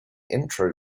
intro